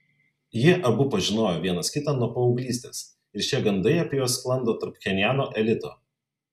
jie abu pažinojo vienas kitą nuo paauglystės ir šie gandai apie juos sklando tarp pchenjano elito